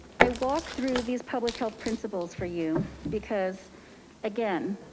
i walked through these public health principles for you because again,